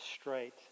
straight